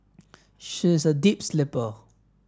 she is a deep sleeper